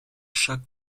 chaque